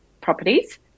properties